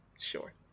Sure